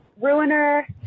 ruiner